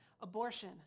abortion